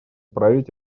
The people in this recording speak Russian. править